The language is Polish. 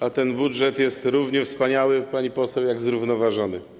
A ten budżet jest równie wspaniały, pani poseł, jak zrównoważony.